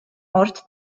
ort